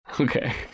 Okay